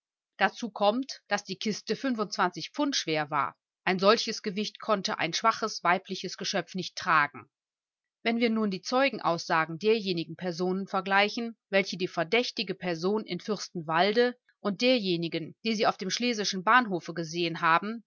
dazu kommt daß die kiste fünfundzwanzig pfund schwer war ein solches gewicht konnte ein schwaches weibliches geschöpf nicht tragen wenn wir nun die zeugenaussagen derjenigen personen vergleichen welche die verdächtige person in fürstenwalde und derjenigen die sie auf dem schlesischen bahnhofe gesehen haben